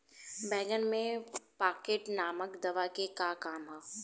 बैंगन में पॉकेट नामक दवा के का काम ह?